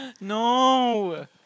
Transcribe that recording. No